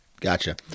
Gotcha